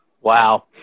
Wow